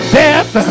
death